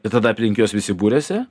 ir tada aplink juos visi buriasi